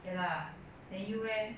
ya lah then you leh